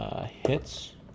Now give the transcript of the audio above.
Hits